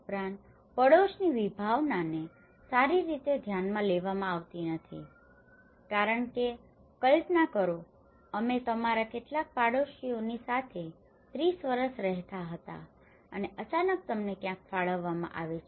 ઉપરાંત પડોશની વિભાવનાને સારી રીતે ધ્યાનમાં લેવામાં આવી નથી કારણ કે કલ્પના કરો કે અમે તમારા કેટલાક પડોશીઓની સાથે 30 વર્ષ રહેતા હતા અને અચાનક તમને ક્યાંક ફાળવવામાં આવે છે